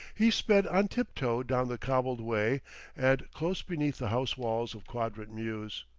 he sped on tiptoe down the cobbled way and close beneath the house-walls of quadrant mews.